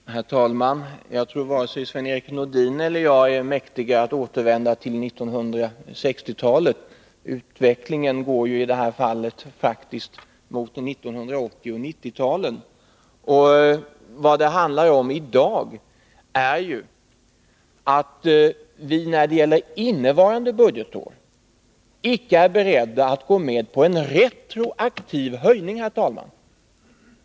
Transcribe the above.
Herr talman! Jag tror inte att vare sig Sven-Erik Nordin eller jag är mäktiga att återvända till 1960-talet. Vi befinner oss i 1980-talet, och utvecklingen går faktiskt mot 1990-talet. Herr talman! Vad det handlar om i dag är att vi, när det gäller innevarande budgetår, icke är beredda att gå med på en retroaktiv höjning.